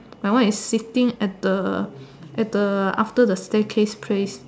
that one is sitting at the at the after the staircase place